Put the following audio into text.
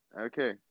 Okay